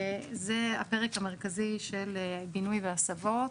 זה הפרק המרכזי של בינוי והסבות.